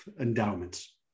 endowments